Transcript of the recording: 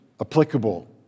applicable